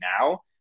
now